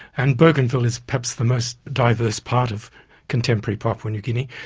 and bougainville is perhaps the most diverse part of contemporary papua new guinea.